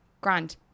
grand